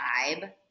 vibe